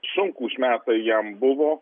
sunkūs metai jam buvo